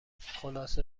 خلاصه